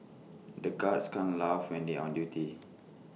the guards can't laugh when they on duty